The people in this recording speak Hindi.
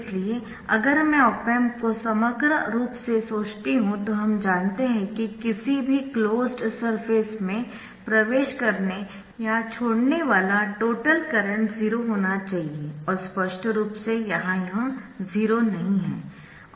इसलिए अगर मैं ऑप एम्प को समग्र रूप से सोचती हूं तो हम जानते है कि किसी भी क्लोज्ड सरफेस में प्रवेश करने या छोड़ने वाला टोटल करंट 0 होना चाहिए और स्पष्ट रूप से यहाँ यह 0 नहीं है